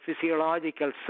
physiological